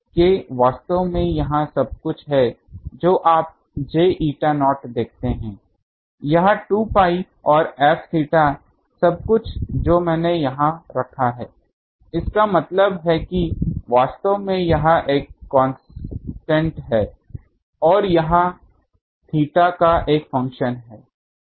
इसलिए यह K वास्तव में यहां सब कुछ है जो आप j eta नॉट देखते हैं यह 2 pi और Fθ सब कुछ जो मैंने यहां रखा है इसका मतलब है की वास्तव में यह एक कांस्टेंट है और यह थीटा का एक फंक्शन है